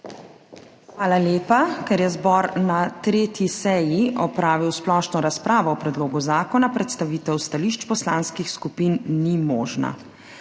Hvala lepa. Ker je zbor na 3. seji opravil splošno razpravo o predlogu zakona, predstavitev stališč poslanskih skupin ni možna.